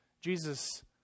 Jesus